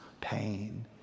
pain